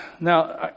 Now